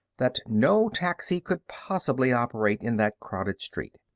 that no taxi could possibly operate in that crowded street.